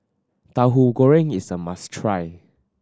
Tauhu Goreng is a must try